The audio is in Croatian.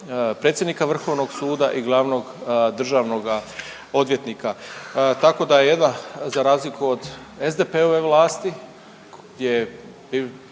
predsjednika Vrhovnog suda i glavnog državnoga odvjetnika. Tako da … za razliku od SDP-ove vlasti gdje